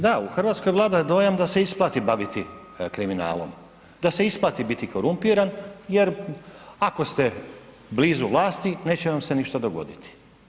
Da, u Hrvatskoj vlada dojam da se isplati bavi kriminalom, da se isplati biti korumpiran jer ako ste blizu vlasti neće vam se ništa dogoditi.